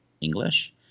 English